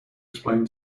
explain